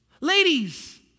Ladies